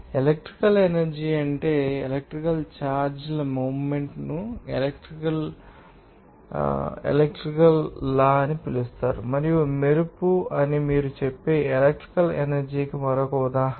electrical energy అంటే electrical ఛార్జీల movement ను ఎలక్ట్రికల్ తు అని పిలుస్తారు మరియు మెరుపు అని మీరు చెప్పే ఎలక్ట్రికల్ ఎనర్జీ కి మరొక ఉదాహరణ